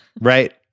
right